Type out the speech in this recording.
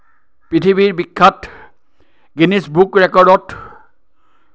পৃথিৱীৰ বিখ্যাত Guinness book ৰেকৰ্ডত